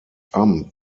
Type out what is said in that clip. amt